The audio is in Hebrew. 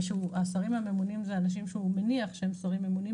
השרים הממונים אלה שרים שהוא מניח שהם שרים ממונים,